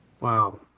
Wow